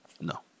No